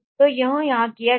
तो यह यहाँ किया जाता है